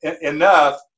enough